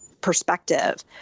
perspective